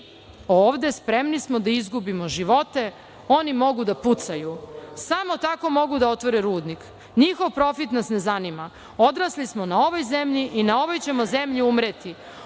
mi ovde spremni smo da izgubimo živote, oni mogu da pucaju, samo tako mogu da otvore rudnik, njihov profit nas ne zanima, odrasli smo na ovoj zemlji i na ovoj ćemo zemlji umreti,